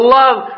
love